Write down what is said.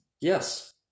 Yes